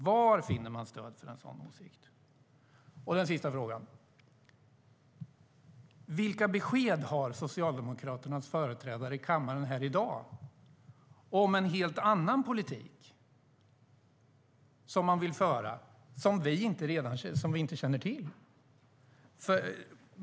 Var finner man stöd för en sådan åsikt? Fråga 3: Vilka besked har Socialdemokraternas företrädare i kammaren här i dag om en helt annan politik som man vill föra och som vi inte känner till?